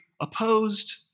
opposed